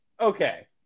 okay